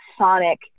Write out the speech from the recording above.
sonic